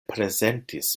prezentis